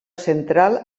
central